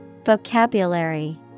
Vocabulary